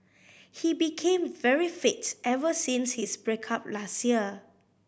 he became very fit ever since his break up last year